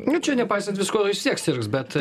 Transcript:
nu čia nepaisant visko vistiek sirgs bet